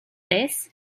this